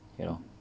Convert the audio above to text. you know